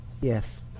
yes